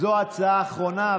זו ההצעה האחרונה,